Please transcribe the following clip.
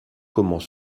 comment